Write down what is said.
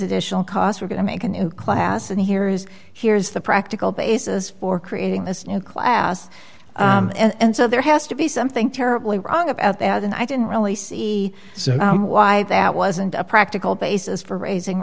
additional costs we're going to make a new class and here is here is the practical basis for creating this new class and so there has to be something terribly wrong about that and i didn't really see why that wasn't a practical basis for raising